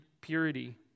purity